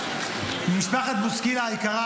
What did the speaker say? משפחת בוסקילה היקרה,